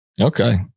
okay